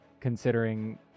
considering